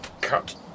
Cut